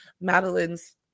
Madeline's